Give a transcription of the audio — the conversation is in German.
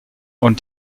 und